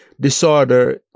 disorder